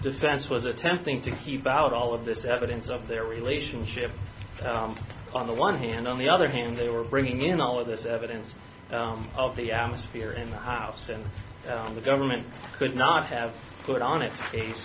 defense was attempting to keep out all of this evidence of their relationship on the one hand on the other hand they were bringing in all of this evidence of the atmosphere in the house and the government could not have put on